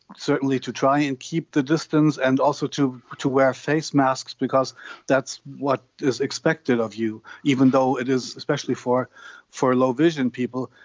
certainly to try and keep their distance and also to to wear face masks, because that's what is expected of you, even though it is, especially for for low vision people,